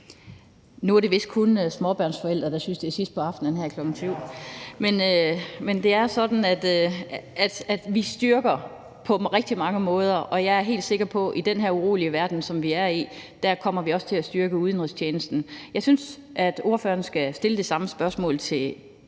Nu er det vist kun småbørnsforældre, der synes, at det er sidst på aftenen her klokken syv. Men det er sådan, at vi styrker på rigtig mange måder, og jeg er helt sikker på, at vi i den her urolige verden, som vi er i, også kommer til at styrke udenrigstjenesten. Jeg synes, at ordføreren skal stille det samme spørgsmål til